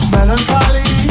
Melancholy